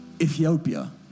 Ethiopia